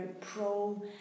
pro